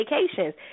vacations